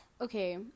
Okay